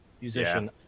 musician